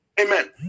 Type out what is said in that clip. Amen